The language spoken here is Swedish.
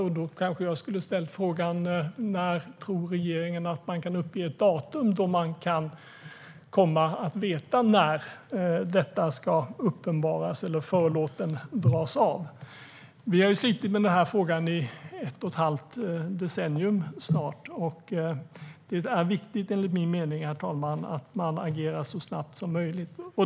Då kanske jag skulle ha ställt frågan: När tror regeringen att man kan uppge ett datum då man kan komma att veta när detta ska uppenbaras, när förlåten ska dras av? Vi har slitit med den här frågan i snart ett och ett halvt decennium. Det är enligt min mening viktigt, herr talman, att man agerar så snabbt som möjligt.